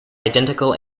identical